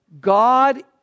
God